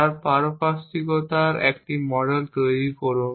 তার পারিপার্শ্বিকতার একটি মডেল তৈরি করুন